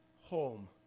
home